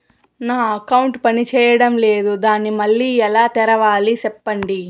నా అకౌంట్ పనిచేయడం లేదు, దాన్ని మళ్ళీ ఎలా తెరవాలి? సెప్పండి